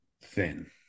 thin